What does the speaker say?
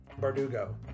Bardugo